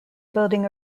building